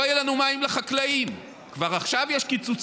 לא יהיו לנו מים לחקלאים, כבר עכשיו יש קיצוצים,